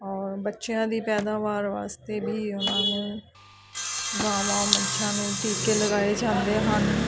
ਔਰ ਬੱਚਿਆਂ ਦੀ ਪੈਦਾਵਾਰ ਵਾਸਤੇ ਵੀ ਉਹਨਾਂ ਨੂੰ ਗਾਵਾਂ ਮੱਝਾਂ ਨੂੰ ਟੀਕੇ ਲਗਾਏ ਜਾਂਦੇ ਹਨ